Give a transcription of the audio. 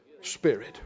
spirit